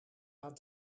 aan